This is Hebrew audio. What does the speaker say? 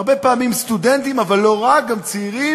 הרבה פעמים סטודנטים, אבל לא רק, גם צעירים,